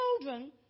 children